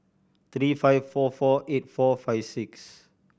three five four four eight four five six